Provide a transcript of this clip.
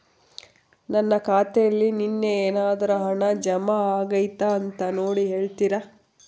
ನನ್ನ ಖಾತೆಯಲ್ಲಿ ನಿನ್ನೆ ಏನಾದರೂ ಹಣ ಜಮಾ ಆಗೈತಾ ಅಂತ ನೋಡಿ ಹೇಳ್ತೇರಾ?